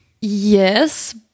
Yes